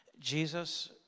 Jesus